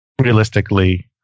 realistically